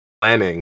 planning